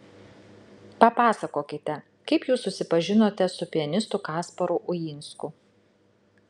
papasakokite kaip jūs susipažinote su pianistu kasparu uinsku